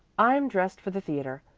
i'm dressed for the theatre,